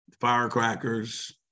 firecrackers